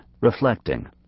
reflecting